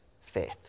faith